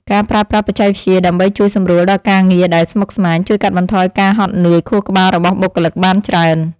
ការប្រើប្រាស់បច្ចេកវិទ្យាដើម្បីជួយសម្រួលដល់ការងារដែលស្មុគស្មាញ ជួយកាត់បន្ថយការហត់នឿយខួរក្បាលរបស់បុគ្គលិកបានច្រើន។